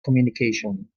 communication